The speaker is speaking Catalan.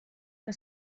que